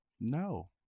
no